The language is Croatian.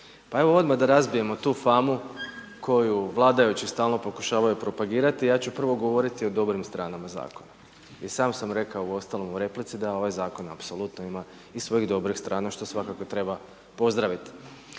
Pa evo odmah da razbijemo tu famu koju vladajući stalno pokušavaju propagirati. Ja ću prvo govoriti o dobrim stranama zakona. I sam sam rekao uostalom u replici da ovaj zakon apsolutno ima i svojih dobrih strana što svakako treba pozdraviti.